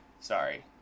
sorry